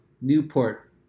Newport